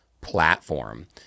platform